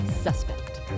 suspect